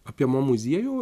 apie mo muziejų